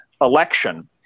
election –